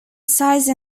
size